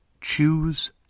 choose